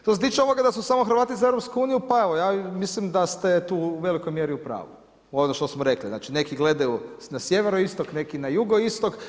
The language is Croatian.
Što se tiče ovoga da su samo Hrvati za EU, pa evo ja mislim da ste tu u velikoj mjeri upravu ono što smo rekli, znači neki gledaju na sjeveroistok, neki na jugoistok.